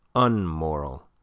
unmoral,